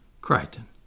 Crichton